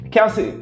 Kelsey